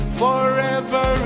forever